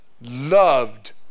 loved